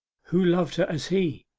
who loved her as he!